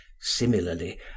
similarly